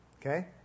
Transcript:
okay